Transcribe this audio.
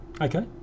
Okay